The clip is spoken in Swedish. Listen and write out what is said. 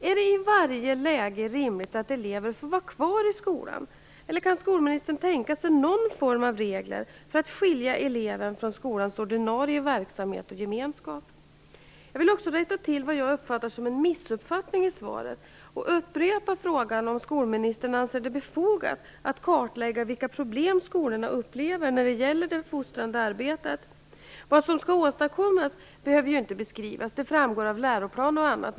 Är det i varje läge rimligt att elever får vara kvar i skolan? Eller kan skolministern tänka sig någon form av regler för att skilja eleven från skolans ordinarie verksamhet och gemenskap? Jag vill också rätta till vad jag uppfattar som en missuppfattning i svaret och upprepa frågan om skolministern anser det befogat att kartlägga vilka problem skolorna upplever när det gäller det fostrande arbetet. Vad som skall åstadkommas behöver ju inte beskrivas - det framgår av läroplan och annat.